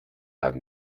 have